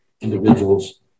individuals